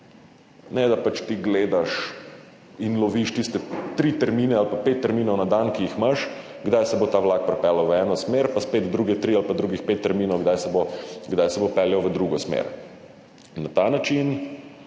ne da pač ti gledaš in loviš tiste tri termine ali pa pet terminov na dan, ki jih imaš, kdaj se bo ta vlak pripeljal v eno smer, pa spet druge tri ali pa drugih pet terminov, kdaj se bo peljal v drugo smer. Na ta način